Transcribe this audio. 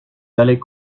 allaient